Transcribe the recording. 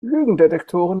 lügendetektoren